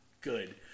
good